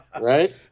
Right